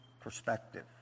perspective